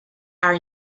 are